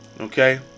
Okay